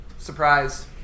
surprise